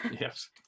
Yes